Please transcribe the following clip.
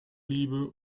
liebe